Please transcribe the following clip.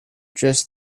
just